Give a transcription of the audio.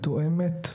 מתואמת,